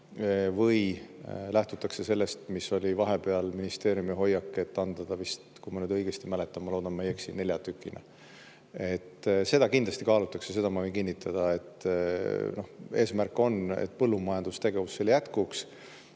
või lähtutakse sellest, mis oli vahepeal ministeeriumi hoiak, et anda see [kasutusse] – kui ma nüüd õigesti mäletan, ma loodan, et ma ei eksi – nelja tükina. Seda kindlasti kaalutakse, seda ma võin kinnitada. Eesmärk on, et põllumajandustegevus seal jätkuks.